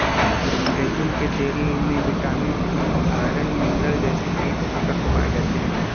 जैतून के तेल में विटामिन ई, आयरन, मिनरल जैसे कई पोषक तत्व पाए जाते हैं